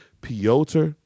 Piotr